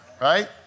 Right